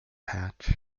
patch